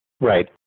Right